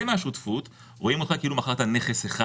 מהשותפות רואים אותך כאילו מכרת נכס אחד.